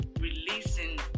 releasing